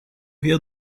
hear